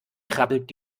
krabbelt